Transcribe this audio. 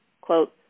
quote